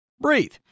Breathe